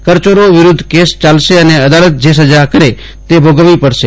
કરચોરો વિરૂધ્ધ કેશ ચાલશે અને અદાલત જે સજા કરે તે ભોગવવી પડશે